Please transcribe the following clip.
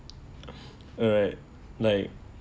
alright like